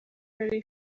nari